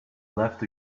left